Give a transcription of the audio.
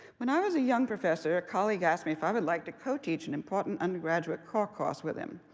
when i was a young professor, a colleague asked me if i would like to co-teach an important undergraduate core course with him.